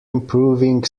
improving